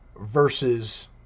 versus